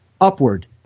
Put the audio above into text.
Upward